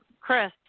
Chris